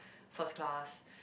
first class